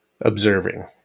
observing